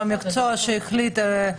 מיוחדים ושירותי דת יהודיים): מי החליט איזה חלקה?